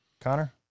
Connor